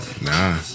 Nah